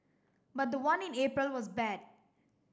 but the one in April was bad